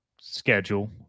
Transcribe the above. schedule